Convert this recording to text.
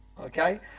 Okay